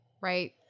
Right